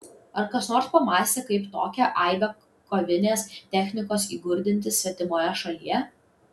ar kas nors pamąstė kaip tokią aibę kovinės technikos įkurdinti svetimoje šalyje